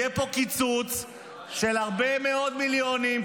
יהיה פה קיצוץ של הרבה מאוד מיליונים,